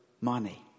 money